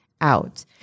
out